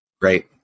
Great